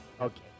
Okay